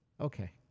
okay